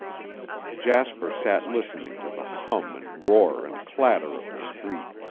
jasper sat listening to the hum and roar and clatter of the street.